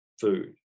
food